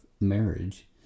marriage